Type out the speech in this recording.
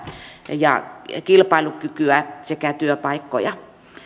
ja kilpailukykyä sekä työpaikkoja